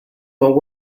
but